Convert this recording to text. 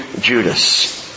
Judas